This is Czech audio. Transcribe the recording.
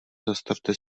zastavte